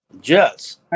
Jets